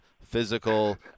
physical